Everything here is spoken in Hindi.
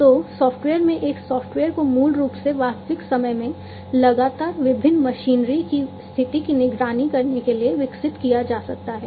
तो सॉफ्टवेयर में एक सॉफ्टवेयर को मूल रूप से वास्तविक समय में लगातार विभिन्न मशीनरी की स्थिति की निगरानी करने के लिए विकसित किया जा सकता है